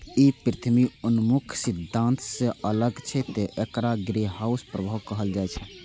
ई पृथ्वी उन्मुख सिद्धांत सं अलग छै, तें एकरा ग्रीनहाउस प्रभाव कहल जाइ छै